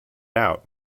out